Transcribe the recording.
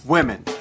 Women